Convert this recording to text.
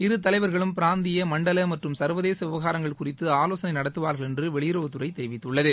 இரு தலைவர்களும் பிராந்திய மண்டல மற்றம் சர்வதேச விவகாரங்கள் குறித்து ஆலோசனை நடத்துவார்கள் என்று வெளியுறவு துறை தெரிவித்துள்ளது